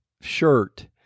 shirt